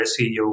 CEO